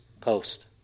post